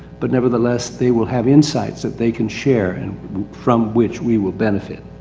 but nevertheless they will have insights that they can share, and from which we will benefit.